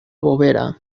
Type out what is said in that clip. bovera